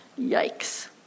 Yikes